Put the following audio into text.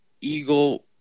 eagle